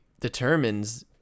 determines